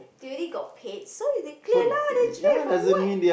they already got paid so you they clear lah the tray for what